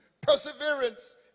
perseverance